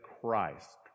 Christ